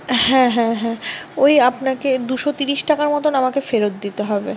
হ্যাঁ হ্যাঁ হ্যাঁ ওই আপনাকে দুশো ত্রিশ টাকার মতন আমাকে ফেরত দিতে হবে